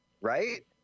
Right